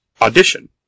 audition